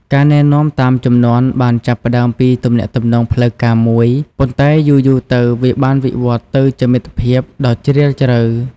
ការណែនាំតាមជំនាន់បានចាប់ផ្តើមពីទំនាក់ទំនងផ្លូវការមួយ ប៉ុន្តែយូរៗទៅវាបានវិវត្តន៍ទៅជាមិត្តភាពដ៏ជ្រាលជ្រៅ។